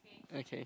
okay